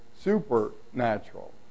supernatural